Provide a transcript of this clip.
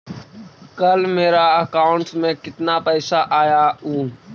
कल मेरा अकाउंटस में कितना पैसा आया ऊ?